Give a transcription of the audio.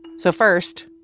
so first,